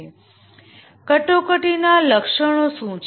ક્રાયસીસનાં લક્ષણો શું છે